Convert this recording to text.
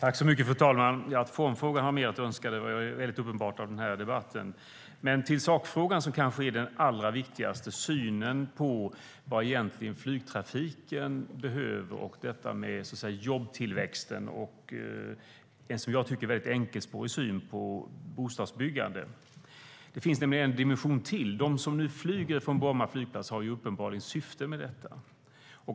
Fru talman! Att formfrågan lämnar mer att önska är väldigt uppenbart av den här debatten. Sakfrågan är ändå den allra viktigaste, det vill säga synen på vad flygtrafiken egentligen behöver, jobbtillväxten och den, som jag tycker, väldigt enkelspåriga synen på bostadsbyggandet. Det finns nämligen en dimension till. De som nu flyger från Bromma flygplats har uppenbarligen ett syfte med detta.